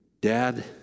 Dad